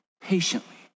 patiently